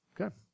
Okay